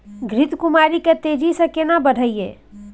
घृत कुमारी के तेजी से केना बढईये?